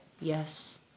yes